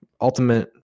ultimate